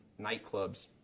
nightclubs